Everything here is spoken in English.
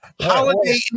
Holiday